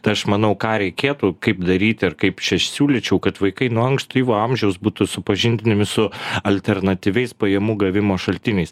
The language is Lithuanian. tai aš manau ką reikėtų kaip daryti ir kaip čia siūlyčiau kad vaikai nuo ankstyvo amžiaus būtų supažindinami su alternatyviais pajamų gavimo šaltiniais